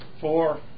four